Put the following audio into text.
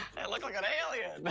i look like an alien!